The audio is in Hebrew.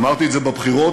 אמרתי את זה בבחירות,